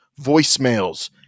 voicemails